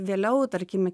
vėliau tarkim